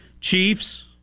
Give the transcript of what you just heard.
Chiefs